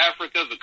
Africa